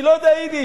אני לא יודע יידיש,